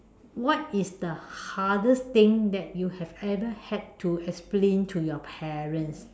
what is the hardest thing that you have ever had to explain to your parents